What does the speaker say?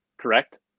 correct